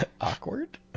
Awkward